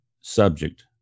subject